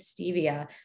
Stevia